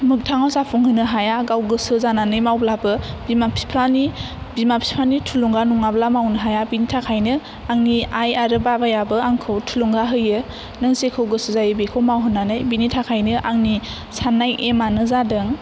मोगथाङाव जाफुंहोनो हाया गाव गोसो जानानै मावब्लाबो बिमा बिफानि बिमा बिफानि थुलुंगा नङाब्ला मावनो हाया बेनि थाखायनो आंनि आइ आरो बाबायाबो आंखौ थुलुंगा होयो नों जेखौ गोसो जायो बेखौ माव होननानै बेनि थाखायनो आंनि साननाय एमआनो जादों